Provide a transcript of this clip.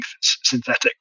synthetic